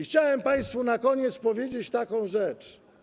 Chciałem państwu na koniec powiedzieć taką rzecz.